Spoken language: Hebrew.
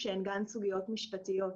שהן גם סוגיות משפטיות.